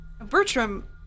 Bertram